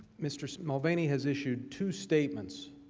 mr. mulvaney has issued two statements,